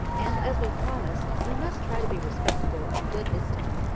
and as we've promised, we must try to be respectable and good this time.